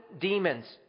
demons